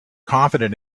confident